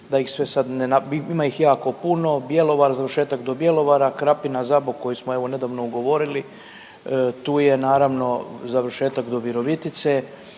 ima ih jako puno, Bjelovar, završetak do Bjelovara, Krapina-Zabok koji smo, evo, nedavno ugovorili, tu je naravno, završetak do Virovitice,